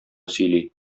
сөйли